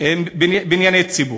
בנייני ציבור,